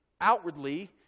outwardly